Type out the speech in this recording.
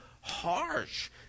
harsh